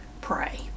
pray